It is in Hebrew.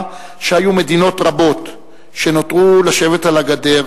שהיו מדינות רבות שנותרו לשבת על הגדר,